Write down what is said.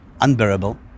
unbearable